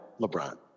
LeBron